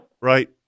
Right